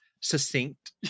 succinct